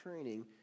training